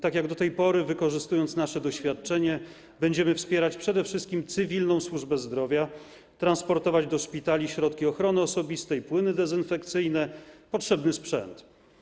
Tak jak do tej pory, wykorzystując nasze doświadczenie, będziemy wspierać przede wszystkim cywilną służbę zdrowia, transportować do szpitali środki ochrony osobistej, płyny dezynfekcyjne, potrzebny sprzęt.